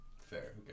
Fair